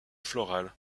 florale